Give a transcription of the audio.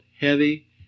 heavy